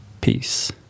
Peace